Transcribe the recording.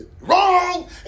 wrong